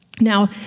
Now